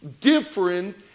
different